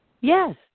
Yes